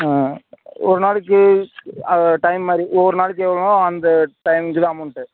ஆ ஒரு நாளைக்கு அந்த டைம் மாதிரி ஒரு நாளைக்கு எவ்வளோவோ அந்த டைமுக்குத்தான் அமௌண்ட்டு